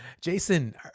jason